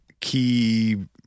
key